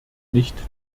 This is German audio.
nicht